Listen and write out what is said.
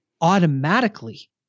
automatically